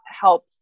help